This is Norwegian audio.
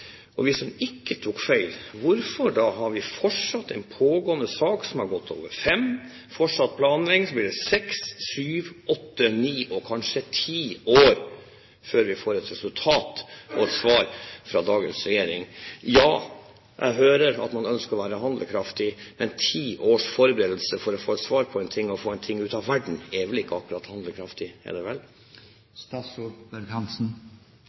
har vi da fortsatt en pågående sak som har gått over fem år? Med fortsatt planlegging blir det seks, syv, åtte, ni og kanskje ti år før vi får et resultat og et svar fra dagens regjering. Ja, jeg hører at man ønsker å være handlekraftig, men ti års forberedelse for å få et svar på en ting og få en ting ut av verden er vel ikke akkurat handlekraftig, er det